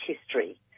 history